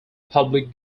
public